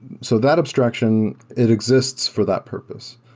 so that obstruction, it exists for that purpose.